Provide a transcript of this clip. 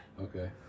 Okay